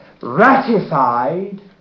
ratified